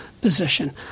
position